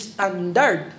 Standard